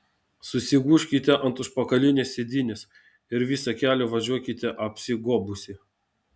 susigūžkite ant užpakalinės sėdynės ir visą kelią važiuokite apsigobusi